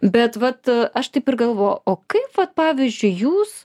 bet vat aš taip ir galvo o kaip vat pavyzdžiui jūs